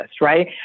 right